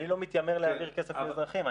אני לא מתיימר להעביר כסף לאזרחים.